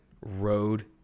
road